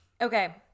okay